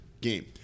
game